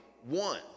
one